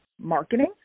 marketing